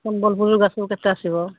ସମ୍ବଲପୁର ଲୁଗା ସବୁ କେତେ ଆସିବ